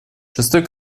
шестой